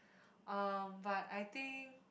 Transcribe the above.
um but I think